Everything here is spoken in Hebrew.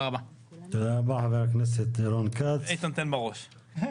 ראשית, נברך.